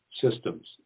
systems